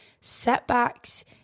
setbacks